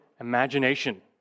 imagination